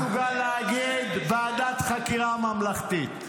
לא מסוגל להגיד "ועדת חקירה ממלכתית".